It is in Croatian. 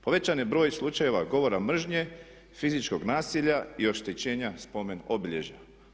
Povećan je broj slučajeva govora mržnje, fizičkog nasilja i oštećenja spomen obilježja.